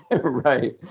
Right